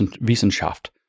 Wissenschaft